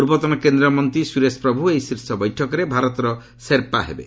ପୂର୍ବତନ କେନ୍ଦ୍ରମନ୍ତୀ ସୁରେଶ ପ୍ରଭୁ ଏହି ଶୀର୍ଷ ବୈଠକରେ ଭାରତର ଶେର୍ପା ହେବେ